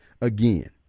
again